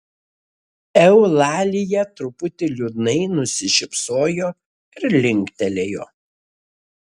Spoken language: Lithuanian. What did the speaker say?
eulalija truputį liūdnai nusišypsojo ir linktelėjo